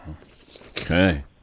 Okay